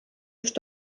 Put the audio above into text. just